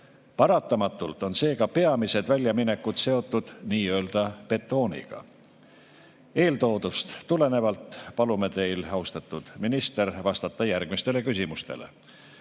Paratamatult on seega peamised väljaminekud seotud nii-öelda betooniga. Eeltoodust tulenevalt palume teil, austatud minister, vastata järgmistele küsimustele.